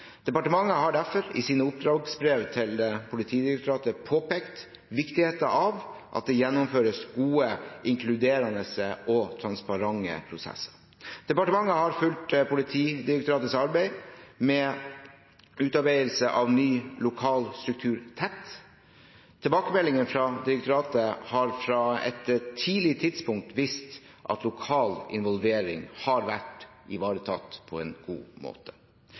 Departementet har derfor i sine oppdragsbrev til Politidirektoratet påpekt viktigheten av at det gjennomføres gode, inkluderende og transparente prosesser. Departementet har fulgt Politidirektoratets arbeid med utarbeidelse av ny lokal struktur tett. Tilbakemeldinger fra direktoratet har fra et tidlig tidspunkt vist at lokal involvering har vært ivaretatt på en god måte.